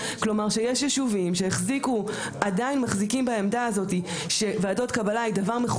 כל ההקצאות שלו עד עכשיו היו הקצאות באמצעות ועדת קבלה.